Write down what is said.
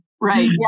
right